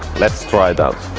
let's try it out